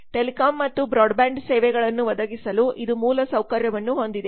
telecom ಮತ್ತು broadband ಸೇವೆಗಳನ್ನು ಒದಗಿಸಲು ಇದು ಮೂಲಸೌಕರ್ಯವನ್ನು ಹೊಂದಿದೆ